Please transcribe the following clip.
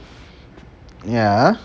ya